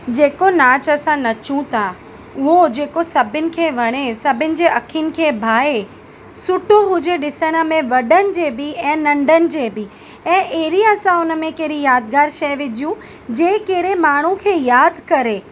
जेको नाचु असां नचूं था उहो जेको सभिनि खे वणे सभिनि जे अखियुनि खे भाए सुठो हुजे ॾिसण में वॾनि जे बि ऐं नंढनि जे बि ऐं अहिड़ी असां हुन में कहिड़ी यादिगारि शइ विझूं जंहिं कहिड़े माण्हु खे यादि करे